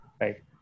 Right